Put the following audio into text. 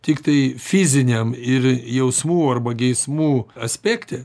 tiktai fiziniam ir jausmų arba geismų aspekte